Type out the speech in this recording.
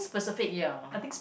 ya